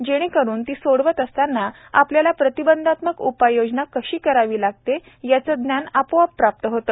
जेणेकरून ती सोडवत असताना आपल्याला प्रतिबंधात्मक उपाययोजना कशी करावी लागते याचे ज्ञान आपोआप प्राप्त होते